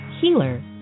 healer